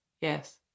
yes